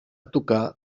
tocar